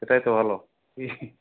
সেটাই তো ভালো